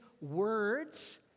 words